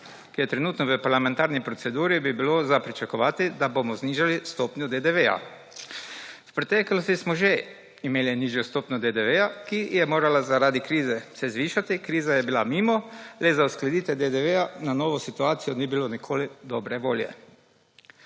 ki je trenutno v parlamentarni proceduri bi bilo za pričakovati, da bomo znižali stopnjo DDV. V preteklosti smo že imeli nižjo stopnjo DDV, ki je morala, zaradi krize se zvišati, kriza je bila mimo sedaj za uskladitev DDV na novo situacijo ni bilo nikoli dobre volje.